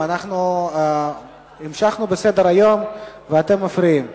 אנחנו המשכנו בסדר-היום ואתם מפריעים.